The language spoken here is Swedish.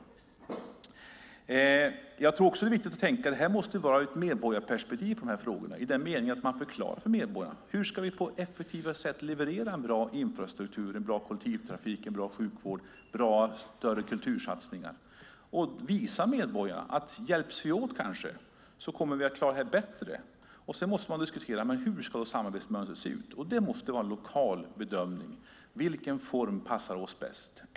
Jag tror också att det är viktigt att tänka på att det måste vara ett medborgarperspektiv på de här frågorna, i den meningen att man förklarar för medborgarna hur vi på ett effektivare sätt ska leverera en bra infrastruktur, en bra kollektivtrafik, en bra sjukvård och bra större kultursatsningar, och visa medborgarna att om vi hjälps åt kommer vi att klara det bättre. Sedan måste man diskutera: Hur ska samarbetsmönstret se ut? Det måste vara en lokal bedömning: Vilken form passar oss bäst?